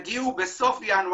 לא 150,000 שיגיעו בסוף ינואר,